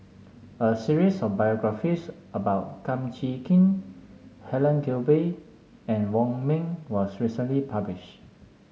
a series of biographies about Kum Chee Kin Helen Gilbey and Wong Ming was recently published